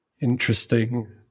interesting